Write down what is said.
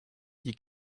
you